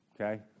Okay